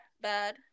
bad